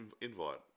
invite